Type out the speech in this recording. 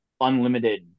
Unlimited